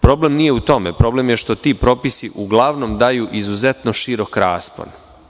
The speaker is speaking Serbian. Problem je u tome što ti propisi uglavnom daju izuzetno širok raspon.